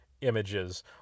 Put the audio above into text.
images